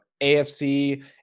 AFC